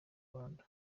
rwanda